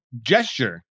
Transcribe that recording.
gesture